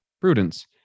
prudence